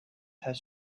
has